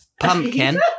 pumpkin